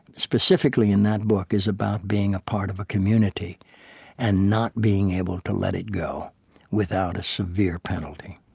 specifically in that book, is about being a part of community and not being able to let it go without a severe penalty